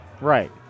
right